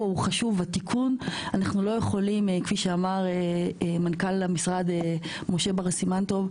כפי שאמר מנכ"ל המשרד משה בר סימן טוב,